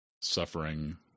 suffering